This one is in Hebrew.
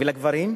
ולגברים?